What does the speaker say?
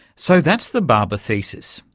so that's the barber thesis.